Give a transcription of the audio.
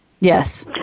Yes